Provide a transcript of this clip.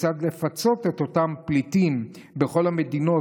כיצד לפצות את אותם פליטים מכל המדינות,